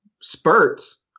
spurts